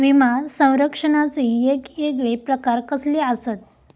विमा सौरक्षणाचे येगयेगळे प्रकार कसले आसत?